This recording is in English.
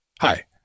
Hi